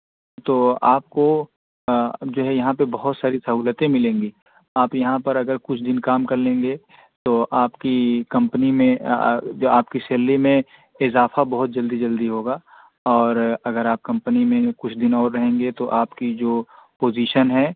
تو آپ کو جو ہے یہاں پہ بہت ساری سہولتیں ملیں گی آپ یہاں پر اگر کچھ دن کام کر لیں گے تو آپ کی کمپنی میں جو آپ کی سیللی میں اضافہ بہت جلدی جلدی ہوگا اور اگر آپ کمپنی میں کچھ دن اور رہیں گے تو آپ کی جو پوزیشن ہے